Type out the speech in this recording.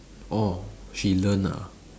orh she learn ah